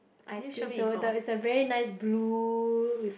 I think so the it's the very nice blue with